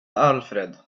alfred